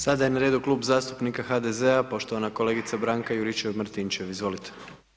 Sada je na redu Klub zastupnik HDZ-a, poštovana kolegica Branka Juričev Martinčev, izvolite.